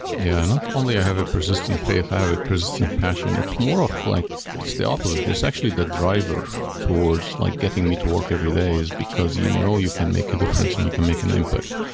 yeah. not only i have a persistent faith, i have a persistent passion. it's more of like it's the opposite. it's actually the driver towards like getting getting me to work every day is because you know you can make a difference and you can make an impact.